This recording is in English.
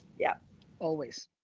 yup always.